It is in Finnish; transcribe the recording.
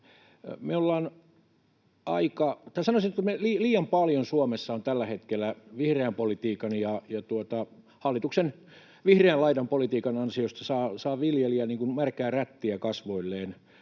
imagosta. Liian paljon Suomessa tällä hetkellä hallituksen vihreän laidan politiikan ansiosta saa viljelijä märkää rättiä kasvoilleen.